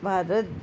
Bharat